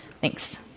Thanks